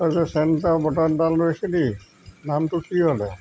তই চেণ্টৰ বটল এটা লৈছিলি নামটো কি হ'লে